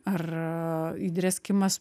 ar įdrėskimas